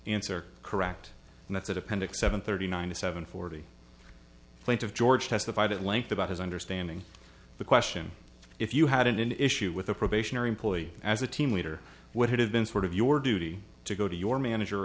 answer correct and that's at appendix seven thirty nine to seven forty eight of george testified at length about his understanding the question if you had an issue with a probationary employee as a team leader would it have been sort of your duty to go to your manager